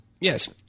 Yes